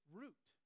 root